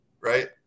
right